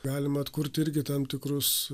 galima atkurti irgi tam tikrus